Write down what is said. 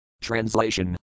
Translation